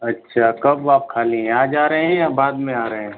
अच्छा कब आप खाली हैं आज आ रहे हैं या बाद में आ रहे हैं